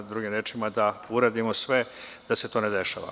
Drugim rečima, da uradimo sve da se to ne dešava.